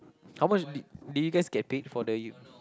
how much did did you guys get paid for the